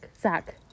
Zach